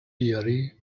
بیاری